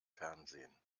fernsehen